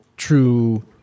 True